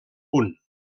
punt